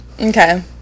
okay